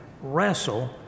wrestle